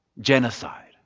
genocide